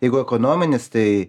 jeigu ekonominis tai